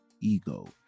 ego